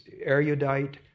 erudite